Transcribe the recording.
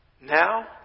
Now